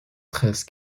treize